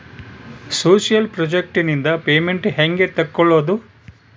Social project ನಿಂದ payment ಹೆಂಗೆ ತಕ್ಕೊಳ್ಳದು?